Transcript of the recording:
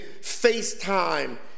FaceTime